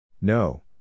No